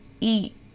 eat